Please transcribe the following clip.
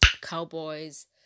Cowboys